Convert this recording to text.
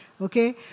okay